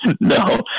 No